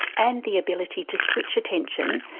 and the ability to switch attention,